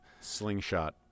slingshot